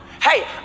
hey